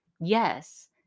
Yes